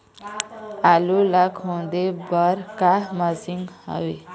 आलू ला खोदे बर का मशीन हावे?